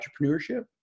entrepreneurship